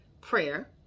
prayer